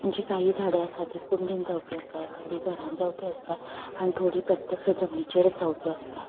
जी काही झाडां आसात ती कुंडेन जावपी आसातात थोडीं घरान जावपी आसता आनी थोडीं प्रत्यक्ष जमनीचेरय जावपी आसतात